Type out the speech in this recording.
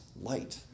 light